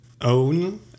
own